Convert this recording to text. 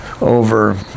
over